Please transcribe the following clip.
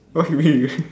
what you mean